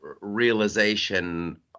realization